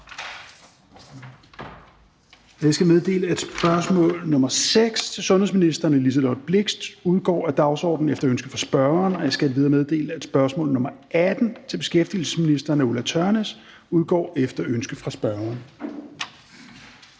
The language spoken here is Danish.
Jeg skal meddele, at spørgsmål nr. 6 til sundhedsministeren af Liselott Blixt (DF) udgår af dagsordenen efter ønske fra spørgeren. Jeg skal endvidere meddele, at spørgsmål nr. 18 til beskæftigelsesministeren af Ulla Tørnæs (V) udgår efter ønske fra spørgeren.